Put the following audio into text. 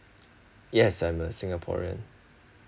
yes I'm a singaporean